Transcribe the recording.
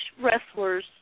wrestlers